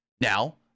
Now